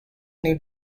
new